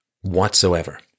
whatsoever